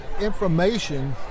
information